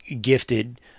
gifted